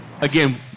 again